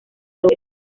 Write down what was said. lópez